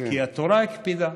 כי התורה הקפידה.